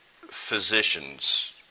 physicians